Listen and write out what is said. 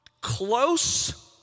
close